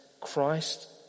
Christ